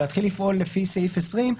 להתחיל לפעול לפי סעיף 20,